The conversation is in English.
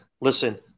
Listen